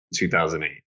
2008